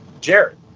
Jared